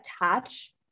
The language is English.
attach